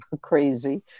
crazy